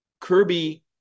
Kirby